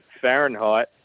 Fahrenheit